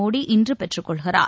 மோடி இன்று பெற்றுக்கொள்கிறார்